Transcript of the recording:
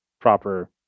proper